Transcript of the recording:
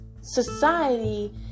society